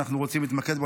אנחנו רוצים להתמקד בו,